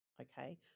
Okay